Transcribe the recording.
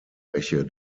bäche